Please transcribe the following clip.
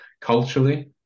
Culturally